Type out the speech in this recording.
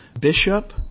bishop